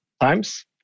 times